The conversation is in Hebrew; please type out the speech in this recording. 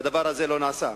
והדבר הזה לא נעשה.